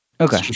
Okay